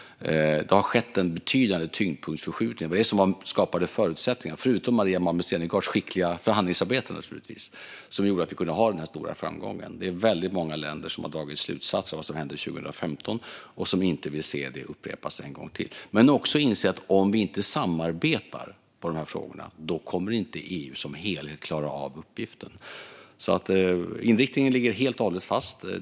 Det har skett en betydande tyngdpunktsförskjutning. Det var detta - förutom Maria Malmer Stenergards skickliga förhandlingsarbete, naturligtvis - som skapade förutsättningar och gjorde att vi kunde få den här stora framgången. Väldigt många länder har dragit slutsatser av det som hände 2015 och vill inte se det upprepas. Men vi måste också inse att om vi inte samarbetar i dessa frågor kommer EU som helhet inte att klara av uppgiften. Inriktningen ligger alltså helt och hållet fast.